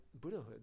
Buddhahood